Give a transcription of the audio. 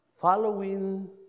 following